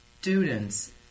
students